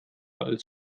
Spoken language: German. als